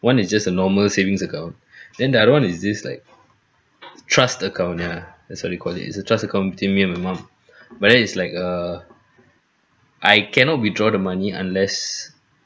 one is just a normal savings account then the other one is this like trust account ya that's what you call it it's a trust account between me and my mum but then it's like err I cannot withdraw the money unless